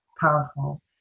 powerful